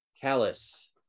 Callus